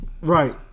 Right